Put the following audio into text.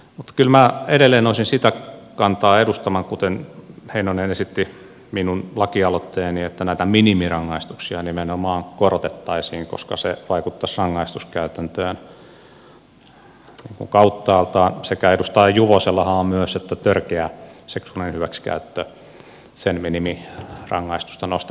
mutta kyllä minä edelleen olisin sitä kantaa edustamassa kuten heinonen esitti minun lakialoitteeni että näitä minimirangaistuksia nimenomaan korotettaisiin koska se vaikuttaisi rangaistuskäytäntöön kauttaaltaan sekä edustaja juvosellahan on myös että törkeän seksuaalisen hyväksikäytön minimirangaistusta nostettaisiin